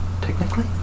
Technically